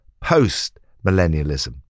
post-millennialism